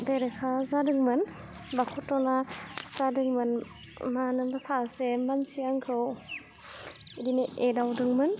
बेरेखा जादोंमोन बा घथ'ना जादोंमोन मानो होनबा सासे मानसिया आंखौ बिदिनो एदावदोंमोन